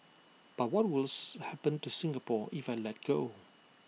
but what will happen to Singapore if I let go